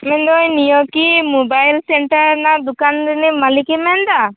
ᱢᱮᱱᱫᱟᱹᱧ ᱱᱚᱣᱟᱠᱤ mobile centre ᱨᱮᱱᱟᱜ ᱫᱳᱠᱟᱱ ᱨᱤᱱᱤᱡ ᱢᱟᱞᱤᱠᱮᱢ ᱢᱮᱱᱫᱟ